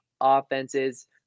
offenses